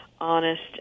honest